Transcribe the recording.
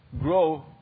grow